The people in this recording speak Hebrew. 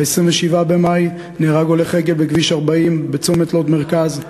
ב-27 במאי נהרג הולך רגל בכביש 40 בצומת לוד מרכז,